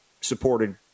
supported